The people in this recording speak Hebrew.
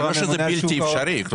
לא שזה בלתי אפשרי.